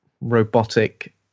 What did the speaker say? robotic